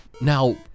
Now